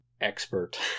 expert